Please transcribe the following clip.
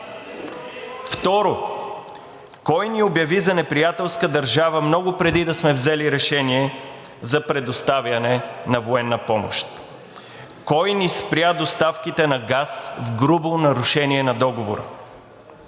Второ, кой ни обяви за неприятелска държава много преди да сме взели решение за предоставяне на военна помощ? Кой ни спря доставките на газ в грубо нарушение на договора?